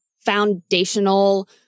foundational